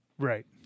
Right